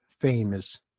famous